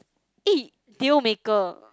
eh deal maker